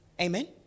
Amen